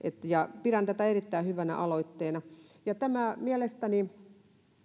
pidän tätä erittäin hyvänä aloitteena mielestäni